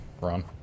run